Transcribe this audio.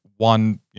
One